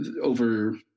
over